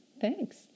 Thanks